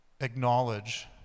acknowledge